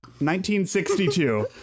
1962